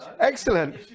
Excellent